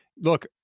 look